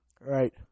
right